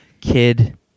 Kid